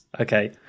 Okay